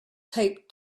taped